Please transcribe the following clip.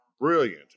Brilliant